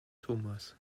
thomas